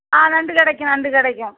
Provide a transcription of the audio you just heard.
ஆ நண்டு கிடைக்கும் நண்டு கிடைக்கும்